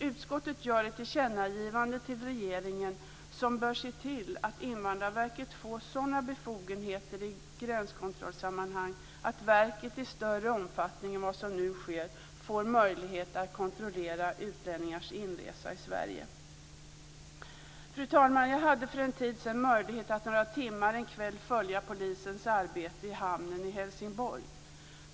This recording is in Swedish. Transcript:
Utskottet gör ett tillkännagivande till regeringen om att den bör se till att Invandrarverket får sådana befogenheter i gränskontrollsammanhang att verket i större omfattning än vad som nu sker får möjlighet att kontrollera utlänningars inresa i Sverige. Fru talman! Jag hade för en tid sedan möjlighet att under några timmar en kväll följa polisens arbete i hamnen i Helsingborg.